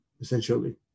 essentially